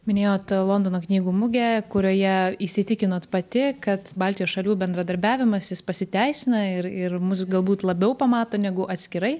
minėjot londono knygų mugę kurioje įsitikinot pati kad baltijos šalių bendradarbiavimas jis pasiteisina ir ir mus galbūt labiau pamato negu atskirai